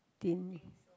teen